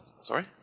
Sorry